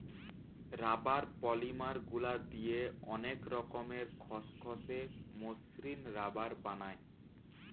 rubber polymer গুলা দিয়ে অনেক রকমের খসখসে, মসৃণ রাবার বানায়